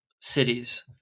cities